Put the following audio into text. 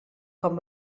com